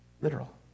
literal